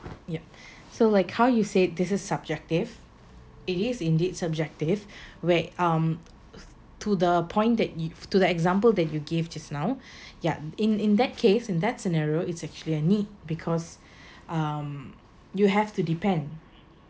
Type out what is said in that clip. ya so like how you said this is subjective it is indeed subjective where um to the point that you to the example that you give just now yeah in in that case in that scenario it's actually a need because um you have to depend